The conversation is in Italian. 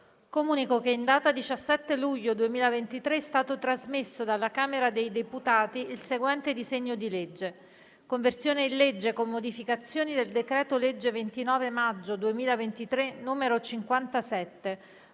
Comunico che in data 17 luglio 2023 è stato trasmesso dalla Camera dei deputati il seguente disegno di legge: «Conversione in legge, con modificazioni, del decreto-legge 29 maggio 2023, n. 57,